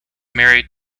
married